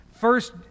First